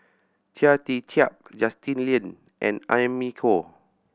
Chia Tee Chiak Justin Lean and Amy Khor